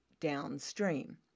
downstream